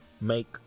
make